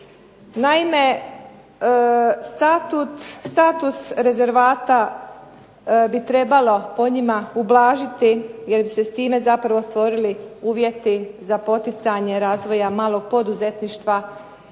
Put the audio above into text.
Naime, status rezervata bi trebalo po njima ublažiti jer bi se s time zapravo stvorili uvjeti za poticanje razvoja malog poduzetništva i